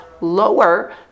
lower